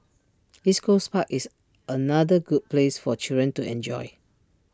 East Coast park is another good place for children to enjoy